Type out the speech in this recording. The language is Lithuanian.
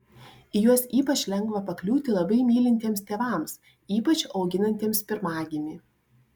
į juos ypač lengva pakliūti labai mylintiems tėvams ypač auginantiems pirmagimį